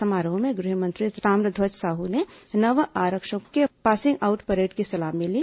समारोह में गृहमंत्री ताम्रध्यज साहू ने नव आरक्षकों के पासिंग आऊट परेड की सलामी ली